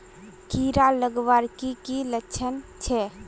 कीड़ा लगवार की की लक्षण छे?